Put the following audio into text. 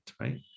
right